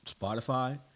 Spotify